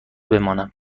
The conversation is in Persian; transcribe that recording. بمانم